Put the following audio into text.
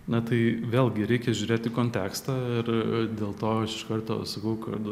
na tai vėlgi reikia žiūrėt į kontekstą ir dėl to iš karto sakau kad